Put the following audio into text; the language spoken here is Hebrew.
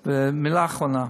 מילה אחרונה.